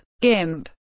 GIMP